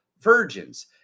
virgins